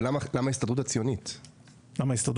אבל למה ההסתדרות הציונית העולמית?